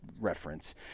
reference